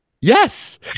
Yes